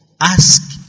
ask